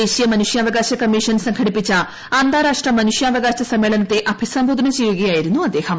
ദേശീയ മനുഷ്യാവകാശ കമ്മീഷൻ സംഘടിപ്പിച്ച അന്താരാഷ്ട്ര മനുഷ്യാവകാശ സമ്മേളനത്തെ അഭിസംബോധന ചെയ്യുകയായിരുന്നു അദ്ദേഹം